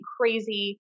crazy